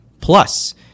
plus